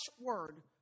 word